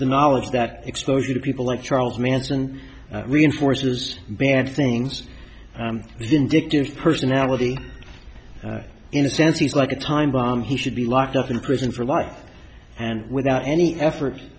the knowledge that exposure to people like charles manson reinforces bad things vindictive personality in a sense he's like a time bomb he should be locked up in prison for life and without any effort